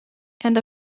and